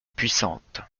puissante